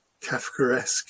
Kafkaesque